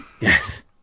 yes